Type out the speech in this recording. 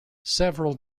several